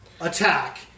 attack